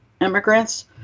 immigrants